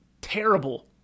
terrible